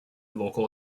local